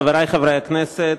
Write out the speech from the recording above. חברי חברי הכנסת,